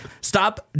stop